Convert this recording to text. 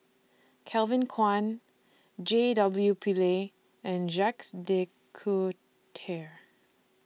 Kevin Kwan J W Pillay and Jacques De Coutre